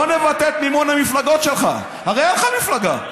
בוא נבטל את מימון המפלגות שלך, הרי אין לך מפלגה.